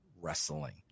wrestling